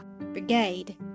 brigade